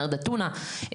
מרד הטונה,